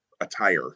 attire